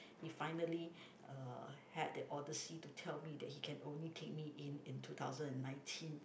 he finally uh had the odyssey to tell me that he can only take me in in two thousand and nineteen